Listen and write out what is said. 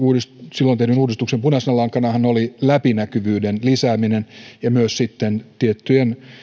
silloin tehdyn uudistuksen punaisena lankanahan oli läpinäkyvyyden lisääminen ja myös tiettyjen